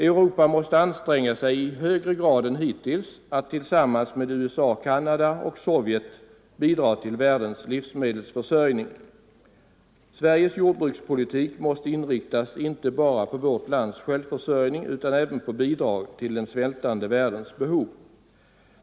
Europa måste anstränga sig i högre grad än hittills att tillsammans med USA/Canada och Sovjet bidra till världens livsmedelsförsörjning. Sveriges jordbrukspolitik måste inriktas inte bara på vårt lands självförsörjning utan även på bidrag till den svältande världens behov.